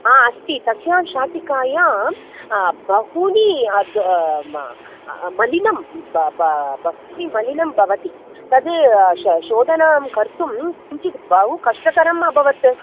हा अस्ति तस्यां शाटिकायां बहूनि मलिनं ब ब् बह्वी मलिनं भवति तद् श् शोधनं कर्तुं किञ्चित् बहु कष्टकरम् अभवत्